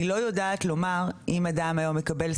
אני לא יודעת לומר אם אדם היום מקבל,